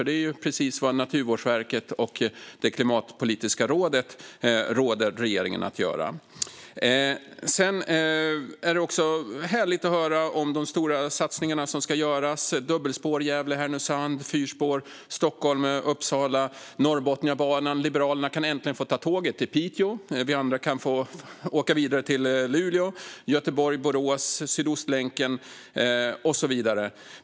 Det är precis vad Naturvårdsverket och Klimatpolitiska rådet råder regeringen att göra. Det är härligt att höra om de stora satsningar som ska göras: dubbelspår mellan Gävle och Härnösand, fyrspår mellan Stockholm och Uppsala, Norrbotniabanan - Liberalerna kan äntligen få ta tåget till Piteå. Vi andra kan få åka vidare till Luleå, Göteborg, Borås, Sydostlänken och så vidare.